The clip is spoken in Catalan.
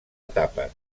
etapes